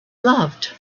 loved